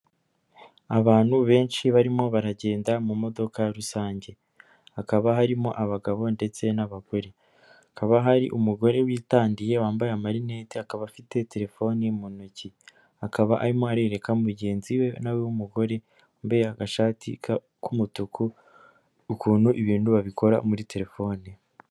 Abantu benshi barimo baragenda mu modoka rusange, hakaba harimo abagabo ndetse n'abagore. Hakaba hari umugore witandiye wambaye amarinete akaba afite telefoni mu ntoki, akaba arimo arereka mugenzi we nawe w'umugore wambaye agashati k'umutuku ukuntu ibintu babikora muri telefone.